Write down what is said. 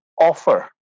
offer